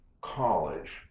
college